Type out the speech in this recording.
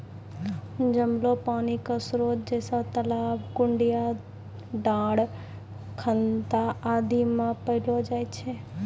जमलो पानी क स्रोत जैसें तालाब, कुण्यां, डाँड़, खनता आदि म पैलो जाय छै